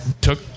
took